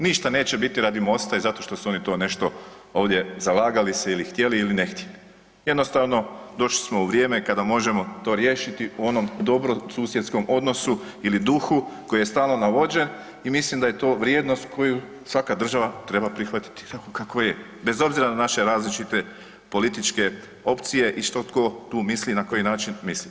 Ništa neće biti radi Mosta i zato što su oni to nešto ovdje zalagali se ili htjeli ili ne htjeli, jednostavno došli smo u vrijeme kada možemo to riješiti u onom dobrosusjedskom odnosu ili duhu koji je stalno navođen i mislim da je to vrijednost koju svaka država treba prihvatiti tako kako je, bez obzira na naše različite političke opcije i što tko tu misli i na koji način misli.